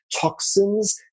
Toxins